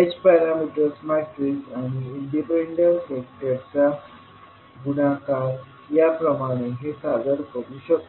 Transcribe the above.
h parameter matrix आणि independent व्हेक्टरचा गुणाकार याप्रमाणे हे सादर करू शकतो